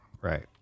Right